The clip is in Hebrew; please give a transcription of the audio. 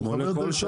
הוא חבר דירקטוריון,